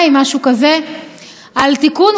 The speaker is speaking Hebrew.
על תיקון חוקתי שאינו חוקתי.